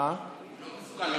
הוא לא מסוכן.